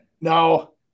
No